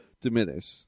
diminish